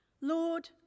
Lord